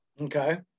okay